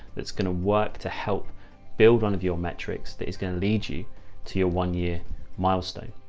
that's going to work to help build one of your metrics that is going to lead you to your one year milestone,